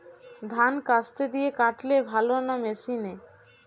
ধান কাস্তে দিয়ে কাটলে ভালো না মেশিনে?